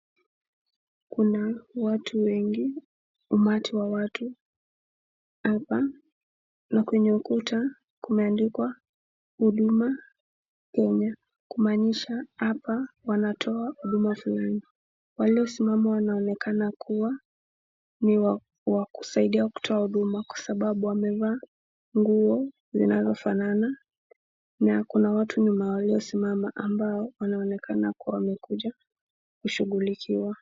Kuna watu wengi, umati wa watu hapa na kwenye ukuta kumeandikwa huduma Kenya kumaanisha hapa wanatoa huduma fulani. Waliosimama wanaonekana kuwa ni wa kusaidia kutoa huduma kwa sababu wamevaa nguo zinazofanana na kuna watu nyuma yao waliosimama ambao wanaonekana kuwa wamekuja kushughulikiwa.